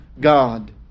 God